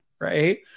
right